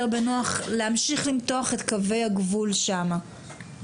בנוח להמשיך למתוח את קווי הגבול שם.